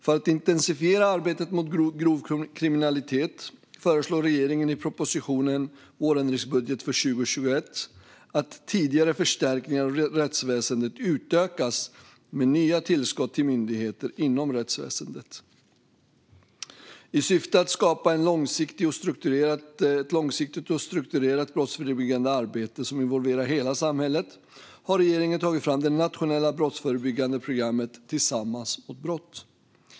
För att intensifiera arbetet mot grov kriminalitet föreslår regeringen i propositionen Vårändringsbudget för 2021 att tidigare förstärkningar av rättsväsendet utökas med nya tillskott till myndigheter inom rättsväsendet. I syfte att skapa ett långsiktigt och strukturerat brottsförebyggande arbete som involverar hela samhället har regeringen tagit fram det nationella brottsförebyggande programmet Tillsammans mot brott.